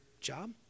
job